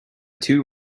two